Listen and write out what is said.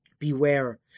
Beware